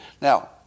Now